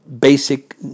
basic